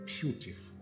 beautiful